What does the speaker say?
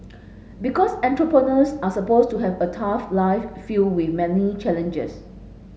because entrepreneurs are supposed to have a tough life filled with many challenges